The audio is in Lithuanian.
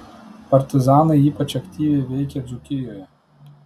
partizanai ypač aktyviai veikė dzūkijoje